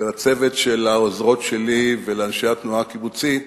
לצוות העוזרות שלי ולאנשי התנועה הקיבוצית